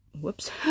Whoops